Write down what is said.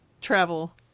travel